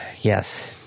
yes